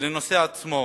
ולנושא עצמו.